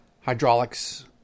hydraulics